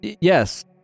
Yes